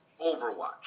Overwatch